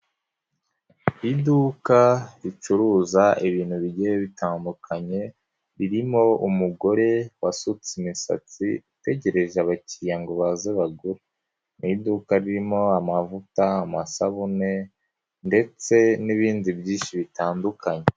Iduka ricuruza ibintu bigiye bitandukanye ririmo umugore wasutse imisatsi utegereje abakiriya ngo baze bagure, ni iduka ririmo amavuta, amasabune ndetse n'ibindi byinshi bitandukanye.